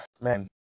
Man